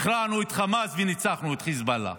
הכרענו את חמאס וניצחנו את חיזבאללה,